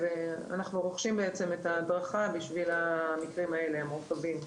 אנחנו רוכשים את ההדרכה בשביל המקרים המורכבים.